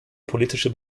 politische